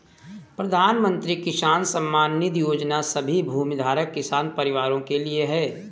प्रधानमंत्री किसान सम्मान निधि योजना सभी भूमिधारक किसान परिवारों के लिए है